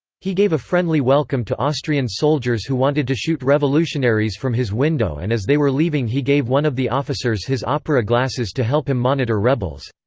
he gave a friendly welcome to austrian soldiers who wanted to shoot revolutionaries from his window and as they were leaving he gave one of the officers his opera glasses to help him monitor rebels.